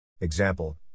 Example